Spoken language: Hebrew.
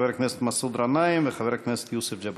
חבר הכנסת מסעוד גנאים וחבר הכנסת יוסף ג'בארין.